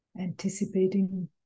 anticipating